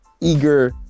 eager